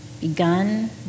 begun